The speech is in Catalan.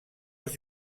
els